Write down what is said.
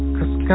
Cause